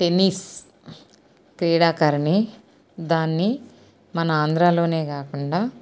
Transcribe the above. tennis క్రీడాకారిణి దాన్ని మన ఆంధ్రాలోనే కాకుండా